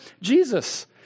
Jesus